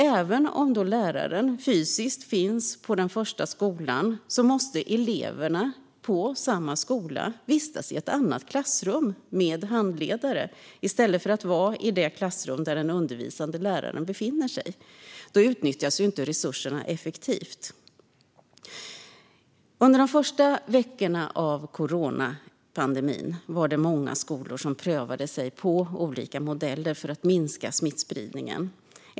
Även om läraren fysiskt finns på den första skolan måste alltså eleverna i samma skola vistas i ett annat klassrum, med handledare, i stället för att vara i det klassrum där den undervisande läraren befinner sig. Då utnyttjas inte resurserna effektivt. Under de första veckorna av coronapandemin var det många skolor som prövade på olika modeller för att minska smittspridningen.